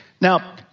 now